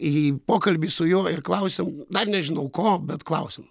į pokalbį su juo ir klausim dar nežinau ko bet klausim